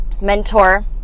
mentor